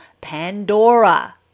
Pandora